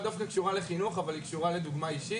דווקא קשורה לחינוך אבל היא קשורה לדוגמה אישית.